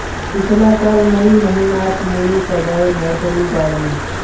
पिछला साल मई महीनातमुई सबोर नर्सरी गायेनू